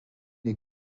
est